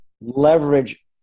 leverage